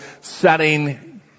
setting